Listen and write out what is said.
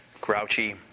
grouchy